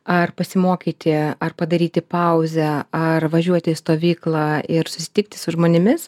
ar pasimokyti ar padaryti pauzę ar važiuoti į stovyklą ir susitikti su žmonėmis